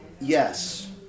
Yes